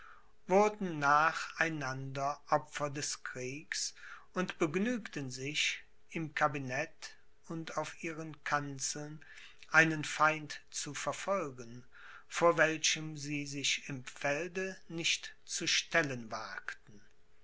wurden nach einander opfer des kriegs und begnügten sich im kabinet und auf ihren kanzeln einen feind zu verfolgen vor welchem sie sich im felde nicht zu stellen wagten